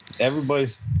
everybody's